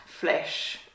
flesh